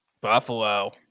Buffalo